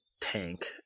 tank